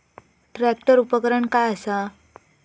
Tractor उपकरण काय असा?